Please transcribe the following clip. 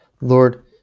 Lord